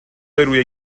روی